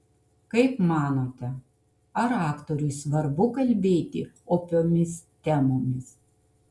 kaip manote ar aktoriui svarbu kalbėti opiomis temomis